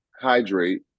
hydrate